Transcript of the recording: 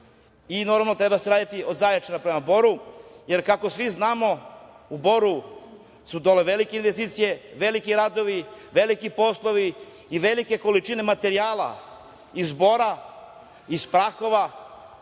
Normalno, treba da se radi od Zaječara prema Boru, jer kako svi znamo u Boru dole su velike investicije, veliki radovi, veliki poslovi i velike količine materijala iz Bora, iz Prahova